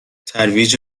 ترویج